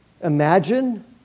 imagine